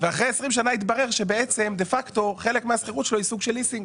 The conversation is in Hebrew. ואחרי 20 שנה התברר שבעצם דה פקטו חלק מהשכירות שלו היא סוג של ליסינג.